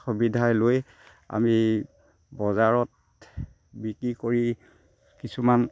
সুবিধাই লৈ আমি বজাৰত বিক্ৰী কৰি কিছুমান